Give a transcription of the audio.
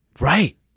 Right